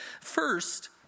First